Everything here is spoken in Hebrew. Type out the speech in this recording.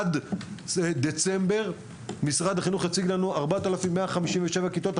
עד דצמבר משרד החינוך הציג לנו מחסור של 4,157 כיתות,